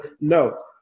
no